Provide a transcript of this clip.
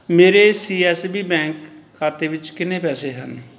ਮੇਰੇ C S B bank ਖਾਤੇ ਵਿੱਚ ਕਿੰਨੇ ਪੈਸੇ ਹਨ